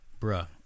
bruh